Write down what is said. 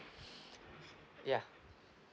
ya